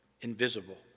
Invisible